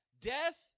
Death